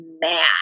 mad